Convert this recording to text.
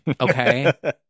Okay